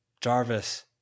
Jarvis